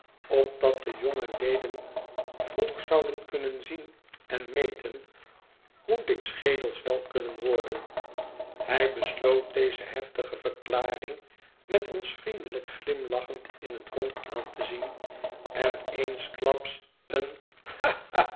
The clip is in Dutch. opdat de jonge leden vroeg zouden kunnen zien en meten hoe dik schedels wel kunnen worden hij besloot deze heftige verklaring met ons vriendelijk glimlachend in het rond aan te zien en eensklaps een